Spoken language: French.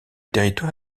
territoire